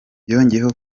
yongeyeho